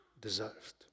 deserved